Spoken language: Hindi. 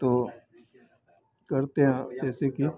तो करते हैं जैसे कि